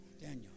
Daniel